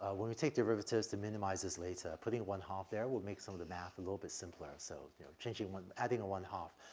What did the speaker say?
ah when we take derivatives to minimize this later, putting a one-half there would make some of the math a little bit simpler. so, you know, changing one adding a one-half.